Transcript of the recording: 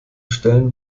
stellen